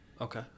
Okay